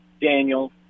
Daniel